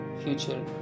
future